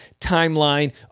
timeline